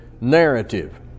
narrative